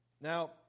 Now